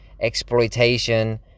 exploitation